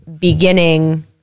beginning